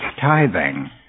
tithing